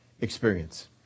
experience